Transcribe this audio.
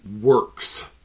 works